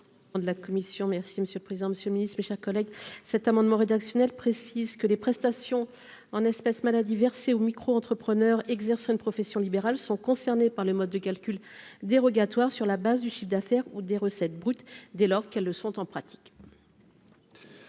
merci monsieur le président, Monsieur le Ministre, mes chers collègues, cet amendement rédactionnel précise que les prestations en espèces maladie versées au micro-entrepreneurs exerçant une profession libérale, sont concernés par le mode de calcul dérogatoire sur la base du chiffre d'affaires ou des recettes brutes dès lors qu'elles le sont en pratique.